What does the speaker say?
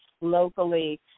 locally